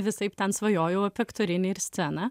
visaip ten svajojau apie aktorinį ir sceną